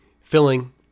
filling